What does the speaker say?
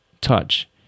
touch